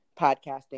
podcasting